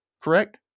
Correct